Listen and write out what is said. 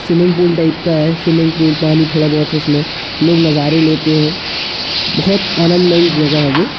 swimming pool type का है swimming pool पानी थोड़ा बहुत है उसमें लोग नज़ारे लेते हैं बहुत आनंदमयी जगह है वो